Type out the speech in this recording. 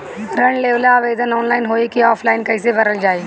ऋण लेवेला आवेदन ऑनलाइन होई की ऑफलाइन कइसे भरल जाई?